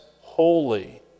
holy